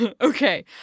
Okay